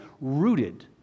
rooted